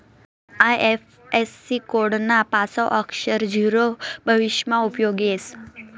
IFSC code ना पाचवं अक्षर झीरो भविष्यमा उपयोगी येस